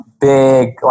big